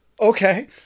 okay